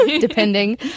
depending